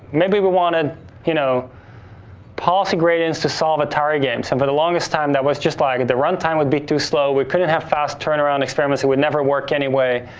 maybe we wanna you know policy gradients to solve a target, and so, for the longest time, there was just like the run time would be too slow. we couldn't have fast turnaround experiments. i would never work anyway,